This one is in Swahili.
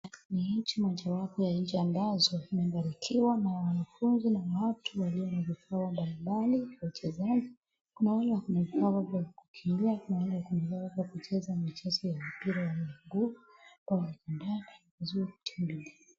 Ni nchi moja wapo ya nchi ambazo imebarikia na wanafunzi na watu walio na vifaa mbalimbali wachezaji. Kuna wale wako na vifaa vya kukimbia kuna wale wanaweza kucheza michezo ya mpira wa miguu kwa mfudata zote mbili.